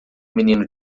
menino